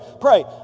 Pray